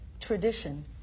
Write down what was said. tradition